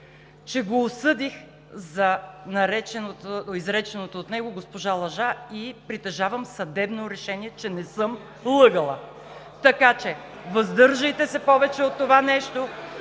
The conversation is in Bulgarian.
че го осъдих за изреченото от него „госпожа Лъжа“ и притежавам съдебно решение, че не съм лъгала. Така че, въздържайте се повече от това нещо